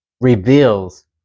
reveals